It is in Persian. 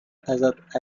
ازت